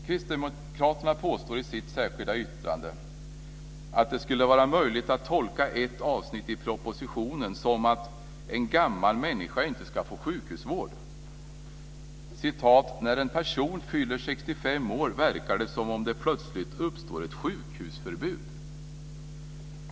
Kristdemokraterna påstår i sitt särskilda yttrande att det skulle vara möjligt att tolka ett avsnitt i propositionen som att en gammal människa inte ska få sjukhusvård. Kristdemokraterna skriver: "När en person fyller 65 år verkar det som om det plötsligt uppstår ett sjukhusförbud ."